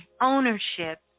ownership